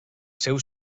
seu